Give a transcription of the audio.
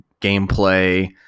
gameplay